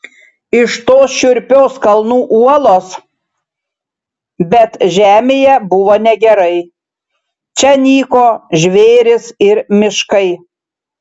iš tos šiurpios kalnų uolos bet žemėje buvo negerai čia nyko žvėrys ir miškai